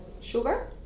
sugar